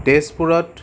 তেজপুৰত